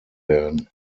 werden